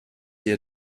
ihr